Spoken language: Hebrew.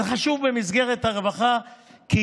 זה חשוב במסגרת הרווחה, כי